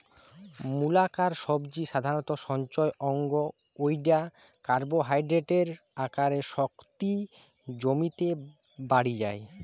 মূলাকার সবজি সাধারণত সঞ্চয় অঙ্গ জউটা কার্বোহাইড্রেটের আকারে শক্তি জমিতে বাড়ি যায়